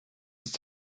ist